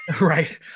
Right